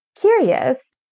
curious